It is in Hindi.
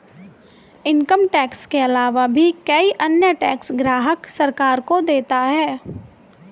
इनकम टैक्स के आलावा भी कई अन्य टैक्स ग्राहक सरकार को देता है